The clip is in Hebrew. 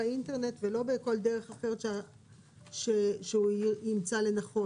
האינטרנט ולא בכל דרך אחרת שהוא ימצא לנכון.